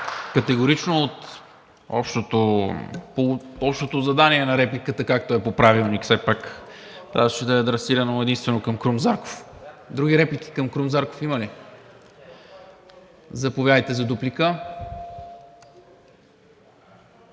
категорично от общото задание на репликата, както е по Правилник. Все пак трябваше да е адресирано единствено към Крум Зарков. Други реплики към Крум Зарков има ли? Заповядайте за дуплика.